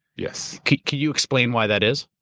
yes. can you explain why that is?